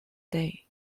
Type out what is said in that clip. day